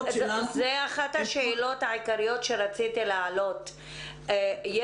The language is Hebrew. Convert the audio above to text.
זאת אחת השאלות העיקריות שרציתי להעלות יש